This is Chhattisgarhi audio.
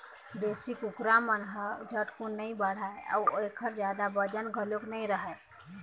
देशी कुकरा मन ह झटकुन नइ बाढ़य अउ एखर जादा बजन घलोक नइ रहय